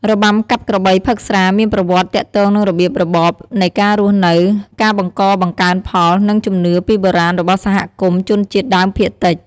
របាំកាប់ក្របីផឹកស្រាមានប្រវត្តិទាក់ទងនឹងរបៀបរបបនៃការរស់នៅ ការបង្កបង្កើនផល និងជំនឿពីបុរាណរបស់សហគមន៍ជនជាតិដើមភាគតិច។